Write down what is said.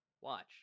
Watch